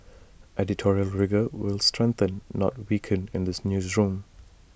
editorial rigour will strengthen not weaken in this newsroom